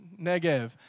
Negev